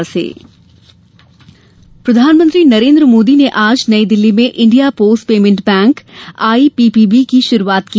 IPPB प्रधानमंत्री नरेन्द्र मोदी ने आज नई दिल्ली में India post payment bank IPPB की शुरूआत की